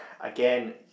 again